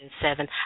seven